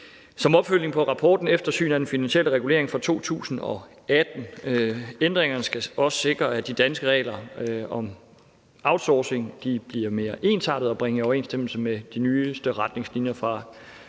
som opfølgning på rapporten »Eftersyn af den finansielle regulering« fra 2018. Ændringerne skal også sikre, at de danske regler om outsourcing bliver mere ensartede og bragt i overensstemmelse med de nyeste retningslinjer fra